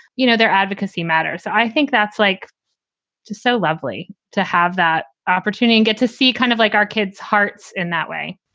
you know, their advocacy matters. i think that's like so lovely to have that opportunity and get to see kind of like our kids hearts in that way.